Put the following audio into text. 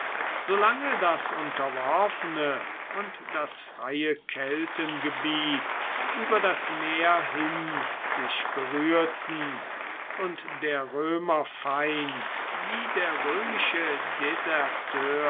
das unterworfene und das freie keltengebiet über das meer hin sich berührten und der römerfeind wie der römische